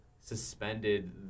suspended